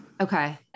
Okay